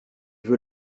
veux